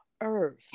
earth